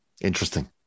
Interesting